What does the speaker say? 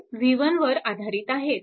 ते v1 वर आधारित आहेत